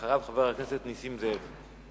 אחריו, חבר הכנסת נסים זאב.